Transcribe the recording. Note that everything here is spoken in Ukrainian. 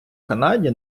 канаді